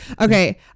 Okay